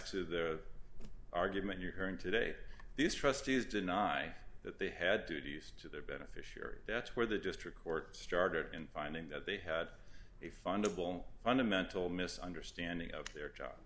to the argument you're hearing today these trustees deny that they had duties to their beneficiaries that's where the district court started in finding that they had a fundamental fundamental misunderstanding of their job